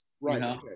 Right